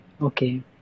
Okay